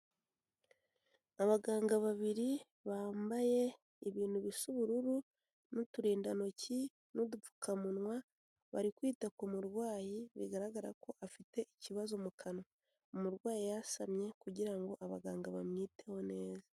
Abaganga babiri bambaye ibintu bisa ubururu n'uturindantoki n'udupfukamunwa, bari kwita ku murwayi bigaragara ko afite ikibazo mu kanwa, umurwayi yasamye kugira ngo abaganga bamwiteho neza.